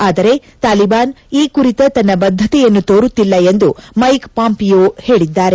ಆದರೆ ತಾಲಿಬಾನ್ ಈ ಕುರಿತ ತನ್ನ ಬದ್ಧತೆಯನ್ನು ತೋರುತ್ತಿಲ್ಲ ಎಂದು ಮೈಕ್ ಪಾಂಪಿಯೋ ಹೇಳಿದ್ದಾರೆ